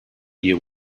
you